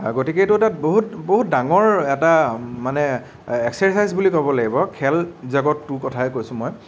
গতিকে এইটো এটা বহুত বহুত ডাঙৰ এটা মানে এক্সাৰচাইজ বুলি ক'ব লাগিব খেল জগতটোৰ কথায়ে কৈছো মই